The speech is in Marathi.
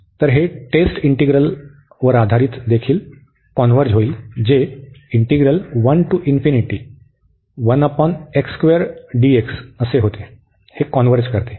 तर हे टेस्ट इंटीग्रल आधारित देखील कॉन्व्हर्ज होईल जे होते हे कॉन्व्हर्ज करते